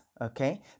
Okay